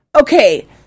Okay